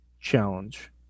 challenge